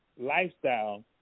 lifestyle